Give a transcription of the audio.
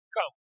Come